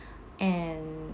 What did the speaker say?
and